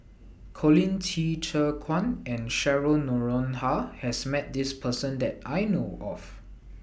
Colin Qi Zhe Quan and Cheryl Noronha has Met This Person that I know of